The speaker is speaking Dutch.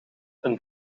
een